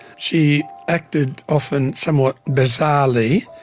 she acted often somewhat bizarrely.